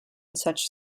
such